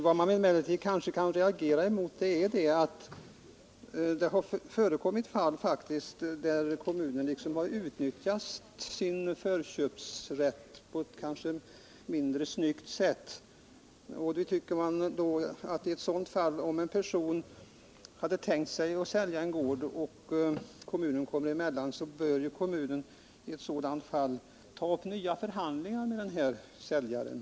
Vad man emellertid kan reagera emot är att det har förekommit fall där kommunen har utnyttjat sin förköpsrätt på ett mindre snyggt sätt. Om en person har tänkt sig att sälja en gård och kommunen kommer emellan, så bör kommunen ta upp nya förhandlingar med säljaren.